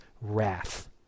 wrath